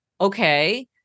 okay